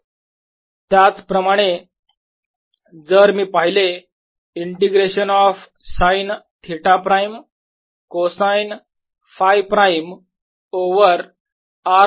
sinsinϕr Rds4π3R3r2sinθsinϕ for r≥R sinsinϕr Rds4π3rsinθsinϕ for r≤R त्याचप्रमाणे जर मी पाहिले integration of sine theta prime cosine Φ prime over r minus R